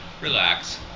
Relax